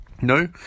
No